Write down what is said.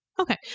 Okay